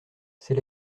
c’est